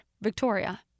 Victoria